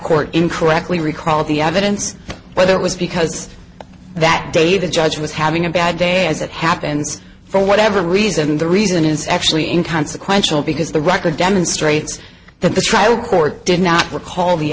court incorrectly recalled the evidence whether it was because that day the judge was having a bad day as it happens for whatever reason the reason is actually in consequential because the record demonstrates that the trial court did not recall the